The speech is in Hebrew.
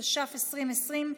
התש"ף 2020,